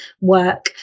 work